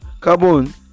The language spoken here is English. Carbon